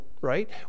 right